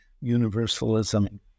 universalism